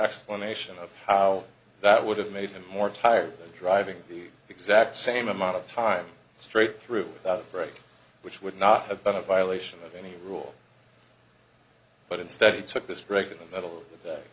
explanation of how that would have made him more tired of driving the exact same amount of time straight through without a break which would not have been a violation of any rule but instead he took this regular middle of the